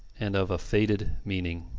and of a faded meaning.